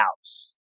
house